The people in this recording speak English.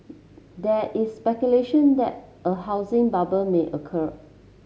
there is speculation that a housing bubble may occur